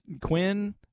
Quinn